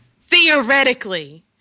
Theoretically